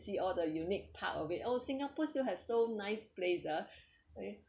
see all the unique part of it oh singapore still has so nice place ah